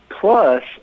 Plus